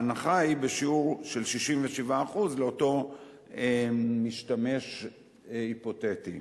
ההנחה היא בשיעור של 67% לאותו משתמש היפותטי.